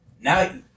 now